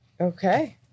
Okay